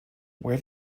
where